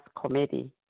committee